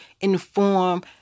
inform